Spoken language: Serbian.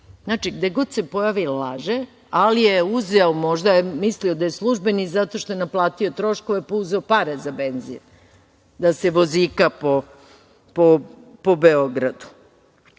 Znači, gde god se pojavi laže, ali je možda mislio da je službeni zato što je naplatio troškove pa uzeo pare za benzin da se vozika po Beogradu. Meni